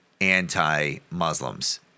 anti-Muslims